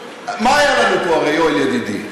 מה היה לנו פה הרי, יואל ידידי?